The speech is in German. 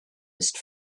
ist